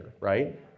right